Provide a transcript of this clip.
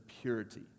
purity